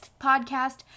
podcast